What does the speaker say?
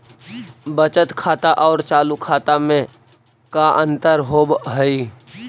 बचत खाता और चालु खाता में का अंतर होव हइ?